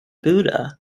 buddha